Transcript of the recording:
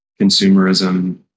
consumerism